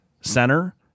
center